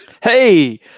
Hey